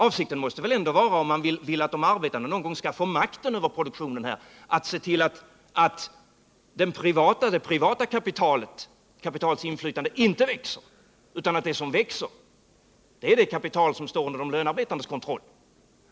Avsikten måste väl ändå vara, om man vill att de arbetande någonsin skall få makten över produktionen här, att se till att det privata kapitalets inflytande inte växer, utan att det som växer är det kapital som står under de lönearbetandes kontroll.